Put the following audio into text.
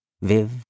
Viv